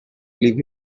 leave